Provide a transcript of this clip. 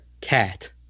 cat